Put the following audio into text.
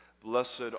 Blessed